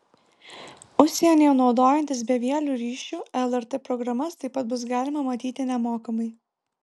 užsienyje naudojantis bevieliu ryšiu lrt programas taip pat bus galima matyti nemokamai